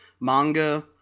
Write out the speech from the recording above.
manga